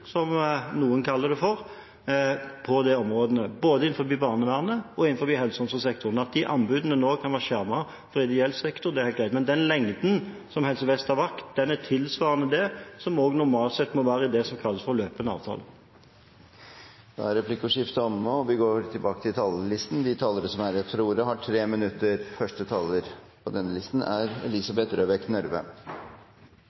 som noen kaller det – på de områdene, både innenfor barnevernet og innenfor helse- og omsorgssektoren. At de anbudene nå kan være skjermet for ideell sektor, er helt greit, men den varigheten som Helse Vest har valgt, er tilsvarende det som normalt sett må være det som kalles for løpende avtaler. Replikkordskiftet er omme. Regjeringen har fra dag én vært klar på at den vil styrke tilbudet til rusavhengige, noe som allerede vises i årets statsbudsjett. Regjeringens utgangspunkt vil alltid være det som gir de beste løsningene for brukerne. Målet er